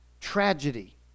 tragedy